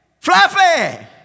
Fluffy